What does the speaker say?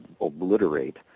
obliterate